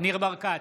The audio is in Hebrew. ניר ברקת,